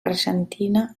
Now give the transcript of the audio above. argentina